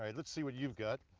and let's see what you've got.